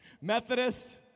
Methodist